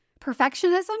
perfectionism